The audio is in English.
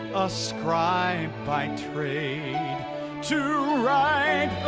a scribe by trade to write